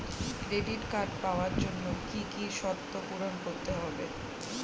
Credit card পাওয়ার জন্য কি কি শর্ত পূরণ করতে হবে?